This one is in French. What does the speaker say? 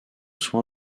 soin